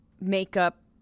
makeup